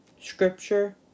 scripture